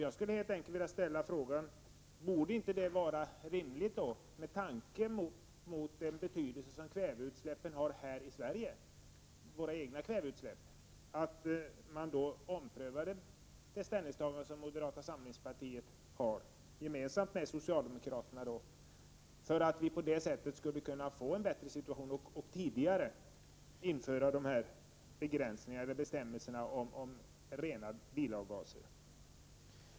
Jag skulle helt enkelt vilja ställa frågan: Borde det inte vara rimligt — med tanke på den betydelse som våra egna kväveutsläpp har — att ompröva det ställningstagande som moderata samlingspartiet har gemensamt med socialdemokraterna, för att vi på det sättet skulle kunna få en bättre situation och tidigare införa bestämmelser om rening av bilavgaser?